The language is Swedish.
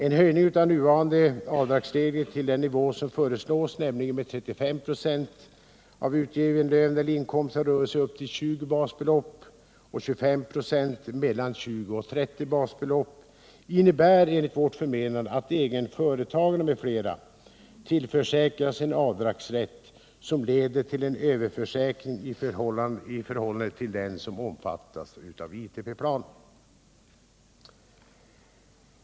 En höjning av de nuvarande avdragen till den nivå som föreslås, nämligen 35 96 av utgiven lön eller inkomst av rörelse upp till 20 926 basbelopp och 25 926 av lön eller inkomst av rörelse mellan 20 och 30 basbelopp, innebär enligt vårt förmenande att egenföretagare m.fl. tillförsäkras en avdragsrätt, som leder till överförsäkring i förhållande till den som omfattas av ITP-planen.